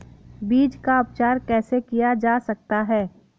बीज का उपचार कैसे किया जा सकता है?